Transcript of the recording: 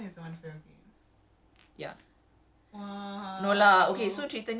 um actually no uh this is the one for my games